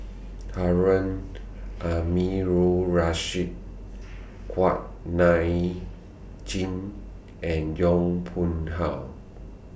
Harun Aminurrashid Kuak Nam Jin and Yong Pung How